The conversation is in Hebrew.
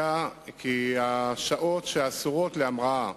השעות שאסורות להמראה